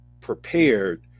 prepared